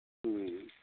ꯎꯝ